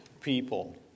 people